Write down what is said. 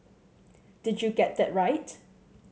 did you get that right